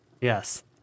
Yes